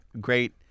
great